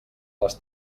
les